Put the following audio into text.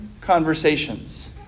conversations